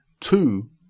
two